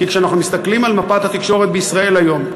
כי כשאנחנו מסתכלים על מפת התקשורת בישראל היום,